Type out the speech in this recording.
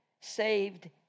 saved